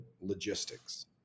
logistics